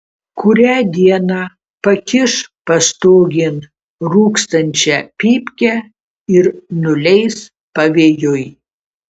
kurią dieną pakiš pastogėn rūkstančią pypkę ir nuleis pavėjui